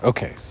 Okay